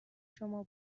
شما